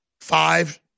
five